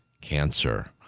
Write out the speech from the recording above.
cancer